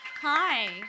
Hi